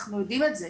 אנחנו יודעים את זה.